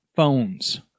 phones